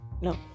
no